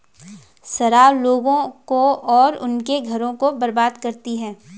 शराब लोगों को और उनके घरों को बर्बाद करती है